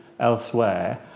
elsewhere